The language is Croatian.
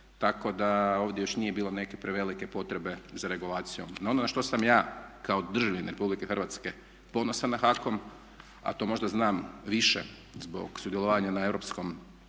tako da ovdje još nije bilo neke prevelike potrebe za regulacijom. Na ono na što sam ja kao državljanin RH ponosan na HAKOM a to možda znam više zbog sudjelovanja na Europskom